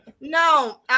No